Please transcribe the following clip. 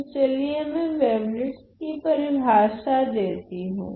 तो चलिए मैं वेवलेट्स कि परिभाषा देती हूँ